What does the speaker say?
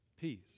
peace